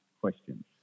questions